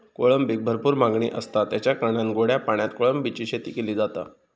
कोळंबीक भरपूर मागणी आसता, तेच्या कारणान गोड्या पाण्यात कोळंबीची शेती केली जाता